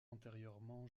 antérieurement